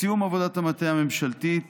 בסיום עבודת המטה הממשלתית